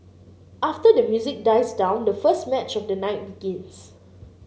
after the music dies down the first match of the night begins